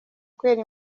kwera